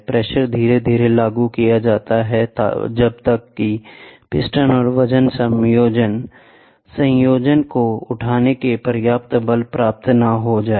pressure धीरे धीरे लागू किया जाता है जब तक कि पिस्टन और वजन संयोजन को उठाने के लिए पर्याप्त बल प्राप्त न हो जाए